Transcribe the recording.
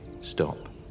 Stop